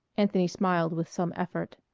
anthony smiled with some effort.